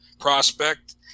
prospect